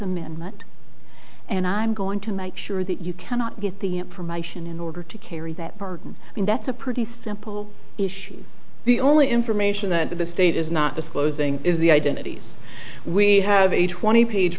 amendment and i'm going to make sure that you cannot get the information in order to carry that burden and that's a pretty simple issue the only information that the state is not disclosing is the identities we have a twenty page